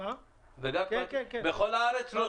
בכל הארץ?